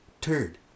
turd